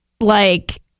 like-